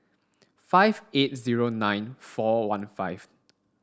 five eight zero nine four one five